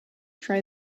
try